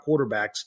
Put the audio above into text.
quarterbacks